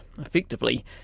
Effectively